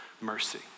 mercy